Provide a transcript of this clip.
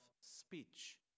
speech